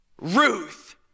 Ruth